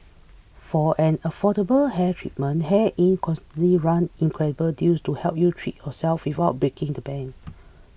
for an affordable hair treatment Hair Inc constantly run incredible deals to help you treat yourself without breaking the bank